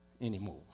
anymore